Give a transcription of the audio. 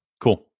Cool